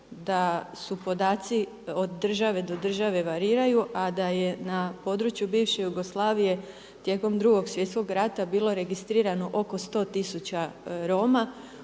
da su podaci od države do države variraju a da je na području bivše Jugoslavije tijekom Drugo svjetskog rata bilo registrirano oko 100 tisuća Roma